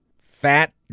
Fat